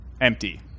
empty